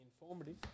informative